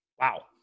Wow